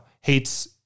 hates